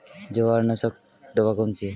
जवार नाशक दवा कौन सी है?